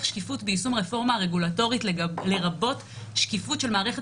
שקיפות ביישום הרפורמה הרגולטורית לרבות שקיפות של מערכת